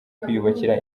kwiyubakira